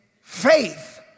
faith